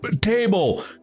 table